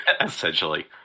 Essentially